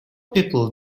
people